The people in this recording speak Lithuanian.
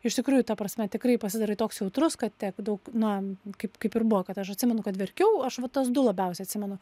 iš tikrųjų ta prasme tikrai pasidarai toks jautrus kad tiek daug na kaip kaip ir buvo kad aš atsimenu kad verkiau aš vat tas du labiausiai atsimenu